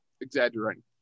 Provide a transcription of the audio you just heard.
exaggerating